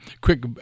quick